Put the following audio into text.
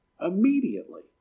Immediately